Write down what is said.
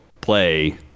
play